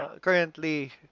currently